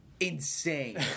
insane